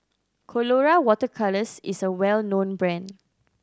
Colora Water Colours is a well known brand